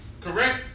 Correct